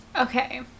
Okay